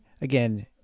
Again